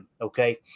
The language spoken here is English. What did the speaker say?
okay